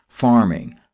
farming